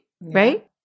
right